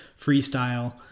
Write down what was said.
freestyle